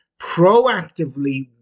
proactively